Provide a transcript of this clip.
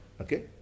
Okay